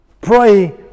Pray